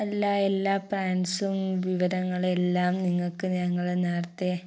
അല്ല എല്ലാ പാൻസും വിവരങ്ങളെല്ലാം നിങ്ങൾക്ക് ഞങ്ങൾ നേരത്തെ